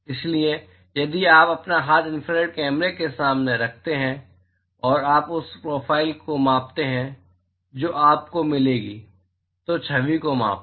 इसलिए यदि आप अपना हाथ इन्फ्रारेड कैमरे के सामने रखते हैं और आप उस प्रोफ़ाइल को मापते हैं जो आपको मिलेगी तो छवि को मापें